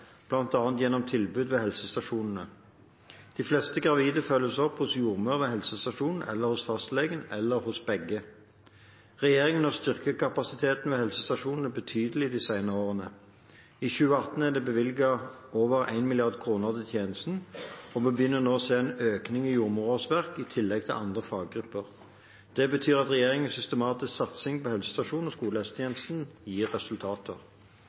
gjennom tilbud ved helsestasjonene. De fleste gravide følges opp hos jordmor ved helsestasjonen, hos fastlegen eller hos begge. Regjeringen har styrket kapasiteten ved helsestasjonene betydelig de senere årene. I 2018 er det bevilget over 1 mrd. kr til tjenesten, og vi begynner nå å se en økning i jordmorsårsverk, i tillegg til andre faggrupper. Det betyr at regjeringens systematiske satsing på helsestasjons- og skolehelsetjenesten gir resultater.